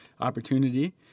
opportunity